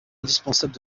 indispensable